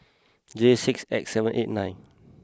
J six X seven eight nine